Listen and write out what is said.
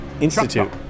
Institute